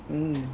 mmhmm